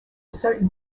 certain